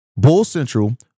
BULLCENTRAL